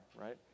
right